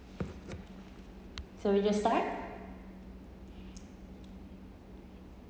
so we just start